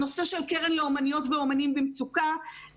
בנושא של קרן לאומניות ולאומנים במצוקה,